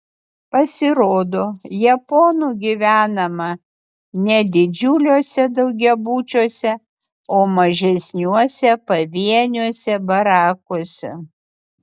pasirodo japonų gyvenama ne didžiuliuose daugiabučiuose o mažesniuose pavieniuose barakuose